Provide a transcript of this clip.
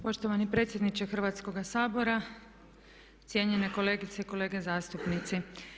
Poštovani predsjedniče Hrvatskoga sabora, cijenjene kolegice i kolege zastupnici.